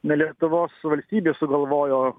ne lietuvos valstybė sugalvojo